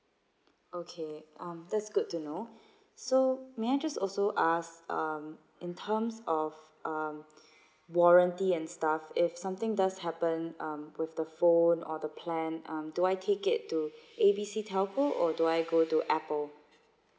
okay um that's good to know so may I just also ask um in terms of um warranty and stuff if something does happen um with the phone or the plan um do I take it to A B C telco or do I go to Apple